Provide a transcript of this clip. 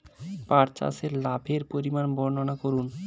পাঠ চাষের লাভের পরিমান বর্ননা করুন?